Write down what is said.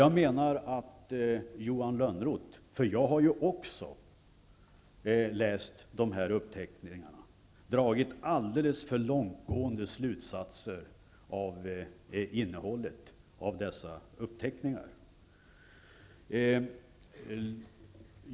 Jag menar att Johan Lönnroth har dragit alldeles för långtgående slutsatser av innehållet i de ifrågavarande uppteckningarna. Även jag har ju läst dessa.